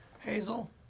Hazel